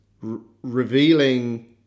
revealing